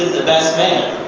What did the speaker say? the best man.